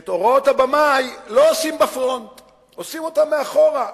שאת הוראות הבמאי לא עושים בפרונט אלא מאחור.